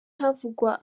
havugwa